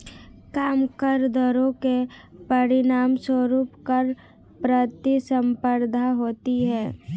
कम कर दरों के परिणामस्वरूप कर प्रतिस्पर्धा होती है